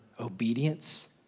obedience